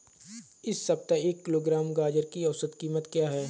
इस सप्ताह एक किलोग्राम गाजर की औसत कीमत क्या है?